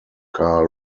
carl